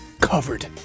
Covered